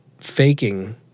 faking